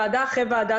ועדה אחרי ועדה,